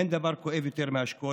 אין דבר כואב יותר מהשכול.